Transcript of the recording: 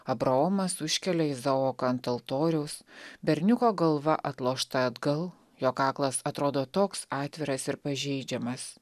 abraomas užkelia izaoką ant altoriaus berniuko galva atlošta atgal jo kaklas atrodo toks atviras ir pažeidžiamas